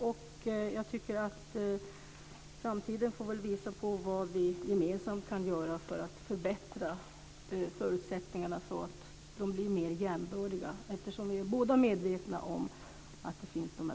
Vi är båda medvetna om de problem som finns, och framtiden får väl visa vad vi gemensamt kan göra för att förbättra förutsättningarna, så att de blir mer jämbördiga.